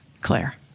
Claire